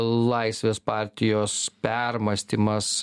laisvės partijos permąstymas